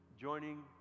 joining